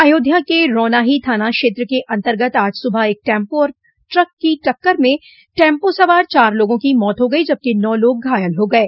अयोध्या के रौनाही थाना क्षेत्र के अन्तर्गत आज सुबह एक टैम्पो और ट्रक की टक्कर में टैम्पा सवार चार लोगों की मौत हो गई जबकि नौ लोग घायल हो गये